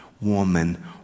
woman